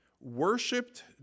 worshipped